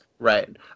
Right